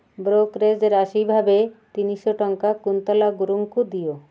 brokerage ରାଶି ଭାବେ ତିନିଶହ ଟଙ୍କା କୁନ୍ତଳା ଗୁରୁଙ୍କୁ ଦିଅ